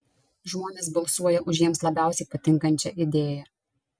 žmonės balsuoja už jiems labiausiai patinkančią idėją